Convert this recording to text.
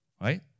right